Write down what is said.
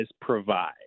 provide